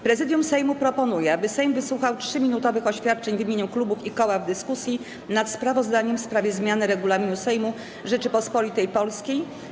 Prezydium Sejmu proponuje, aby Sejm wysłuchał 3-minutowych oświadczeń w imieniu klubów i koła w dyskusji nad sprawozdaniem w sprawie zmiany Regulaminu Sejmu Rzeczypospolitej Polskiej.